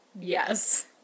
yes